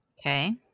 okay